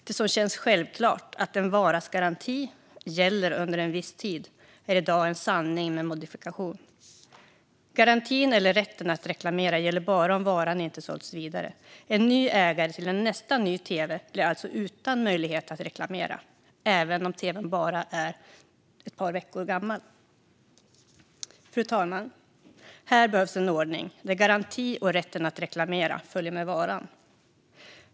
Det som känns självklart - att en varas garanti gäller under en viss tid - är i dag en sanning med modifikation. Garantin eller rätten att reklamera gäller bara om varan inte har sålts vidare. En ny ägare till en nästan ny tv blir alltså utan möjlighet att reklamera, även om tv:n bara är ett par veckor gammal. Fru talman! Här behövs en ordning där garanti och rätten att reklamera följer med varan.